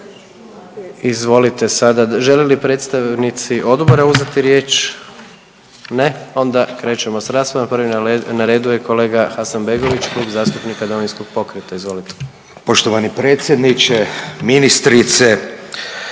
Izvolite sada, žele li predstavnici odbora uzeti riječ? Ne, onda krećemo s raspravama, prvi na redu je kolega Hasanbegović Klub zastupnika Domovinskog pokreta. Izvolite. **Hasanbegović, Zlatko